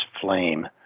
flame